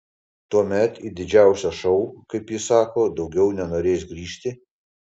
tuomet į didžiausią šou kaip jis sako daugiau nenorės grįžti